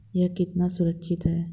यह कितना सुरक्षित है?